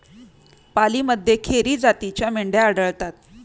पालीमध्ये खेरी जातीच्या मेंढ्या आढळतात